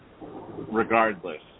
regardless